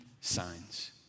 signs